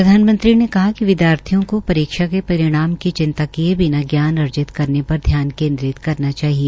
प्रधानमंत्री ने कहा कि विद्यार्थियों को परीक्षा के परिणाम की चिंता किए बिना ज्ञान अर्जित करने पर ध्यान केन्द्रित करना चाहिए